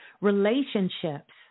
relationships